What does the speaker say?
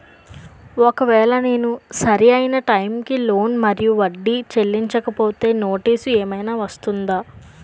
ఒకవేళ నేను సరి అయినా టైం కి లోన్ మరియు వడ్డీ చెల్లించకపోతే నోటీసు ఏమైనా వస్తుందా?